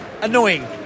Annoying